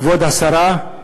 אבו מערוף.